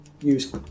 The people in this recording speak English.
use